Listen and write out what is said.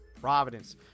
Providence